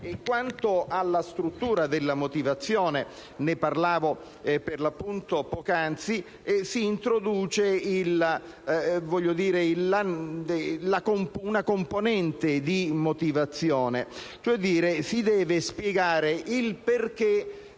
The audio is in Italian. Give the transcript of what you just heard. Quanto alla struttura della motivazione - ne parlavo per l'appunto poc'anzi - si introduce una componente di motivazione: si deve spiegare il perché